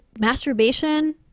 masturbation